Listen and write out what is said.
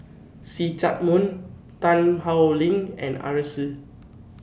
See Chak Mun Tan Howe Liang and Arasu